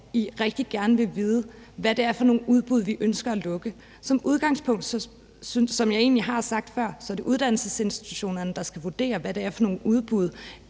I rigtig gerne vil vide, hvad det er for nogle udbud, vi ønsker at lukke, sige, som jeg har sagt før, at det er uddannelsesinstitutionerne, der skal vurdere, hvad det er for nogle udbud,